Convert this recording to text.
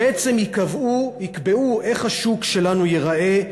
בעצם יקבעו איך השוק שלנו ייראה,